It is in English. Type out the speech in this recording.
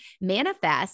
manifest